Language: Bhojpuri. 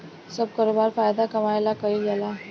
सब करोबार फायदा कमाए ला कईल जाल